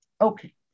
Okay